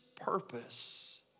purpose